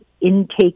intake